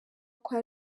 kwa